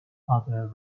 other